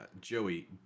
Joey